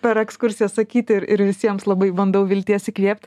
per ekskursijas sakyti ir ir visiems labai bandau vilties įkvėpt